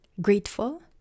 grateful